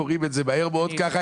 קוראים את זה מהר מאוד ככה.